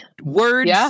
words